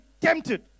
tempted